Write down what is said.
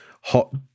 hot